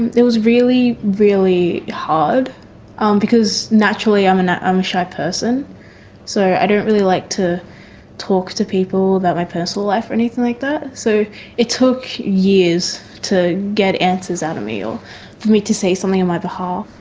and it was really, really hard um because naturally i'm a and um shy person so i don't really like to talk to people about my personal life or anything like that. so it took years to get answers out of me or for me to say something on my behalf.